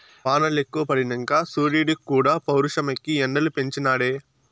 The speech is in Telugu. వానలెక్కువ పడినంక సూరీడుక్కూడా పౌరుషమెక్కి ఎండలు పెంచి నాడే